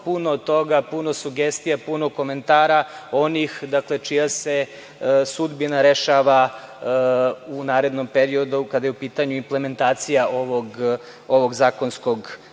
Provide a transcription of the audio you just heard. puno toga, puno sugestija, puno komentara onih, dakle, čija se sudbina rešava u narednom periodu kada je u pitanju implementacija ovog zakonskog rešenja. Ono